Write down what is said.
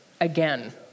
again